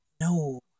No